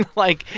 like,